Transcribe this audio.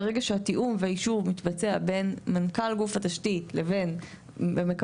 ברגע שהתיאום מתבצע בין מנכ״ל גוף התשתית ומקבל